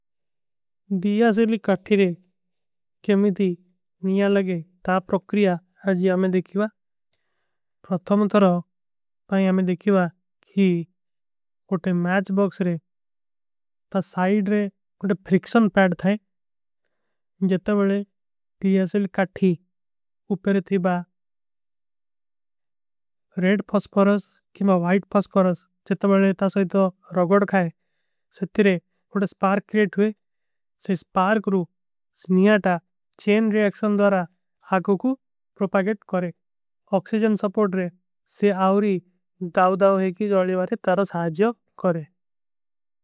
ଦିଯାସେଲୀ କଠୀରେ କେମିଧୀ ନିଯାଲଗେ ତା ପ୍ରକ୍ରିଯା। ଆଜ ଆମେଂ ଦେଖିଵା ପ୍ରତ୍ତମ ତରହ ଭାଈ ଆମେଂ ଦେଖିଵା କି କୋଟେ ମୈଚ। ବକ୍ସ ରେ ତା ସାଇଡ ରେ କୋଟେ ଫ୍ରିକ୍ଷନ ପୈଡ ଥାଏ ଜଟବଲେ ଦିଯାସେଲୀ କଠୀ। ଉପେରେ ଥୀ ବା ରେଟ ଫୋସପୋରସ କେମା ଵାଇଟ ଫୋସପୋରସ ଜଟବଲେ ତା। ସାଇଦ ରଗଡ ଖାଏ ସତିରେ କୋଟେ ସ୍ପାର୍କ କ୍ରିଯେଟ ହୁଏ ସେ ସ୍ପାର୍କ ରୂ। ସିନିଯା ତା ଚେନ ରିଯକ୍ଶନ ଦାରା ହାଗୋ କୁଛ ପ୍ରୋପାଗେଟ କରେ ଉକ୍ସିଜନ। ସପୋର୍ଟ ରେ ସେ ଆଉରୀ ଦାଵଦାଵ ହୈ କୀ ଜଟବଲେ ବାରେ ତରସ ହାଜଯଵ କରେ।